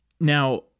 Now